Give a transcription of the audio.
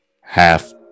half